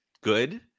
Good